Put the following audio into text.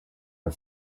are